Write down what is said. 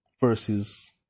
versus